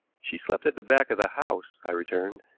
she slept at the back of the house, i returned.